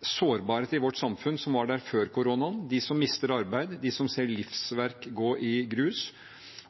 sårbarhet i vårt samfunn som var der før koronaen – de som mister arbeid, de som ser livsverk gå i grus,